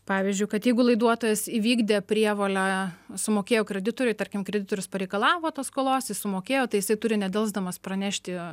pavyzdžiui kad jeigu laiduotojas įvykdė prievolę sumokėjo kreditoriui tarkim kreditorius pareikalavo tos skolos jis sumokėjo tai jisai turi nedelsdamas pranešti